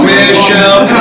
Michelle